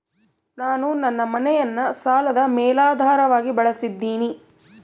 ನಾನು ನನ್ನ ಮನೆಯನ್ನ ಸಾಲದ ಮೇಲಾಧಾರವಾಗಿ ಬಳಸಿದ್ದಿನಿ